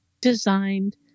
designed